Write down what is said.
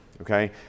okay